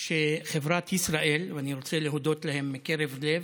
של חברת ישראייר, ואני רוצה להודות להם מקרב לב,